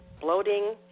bloating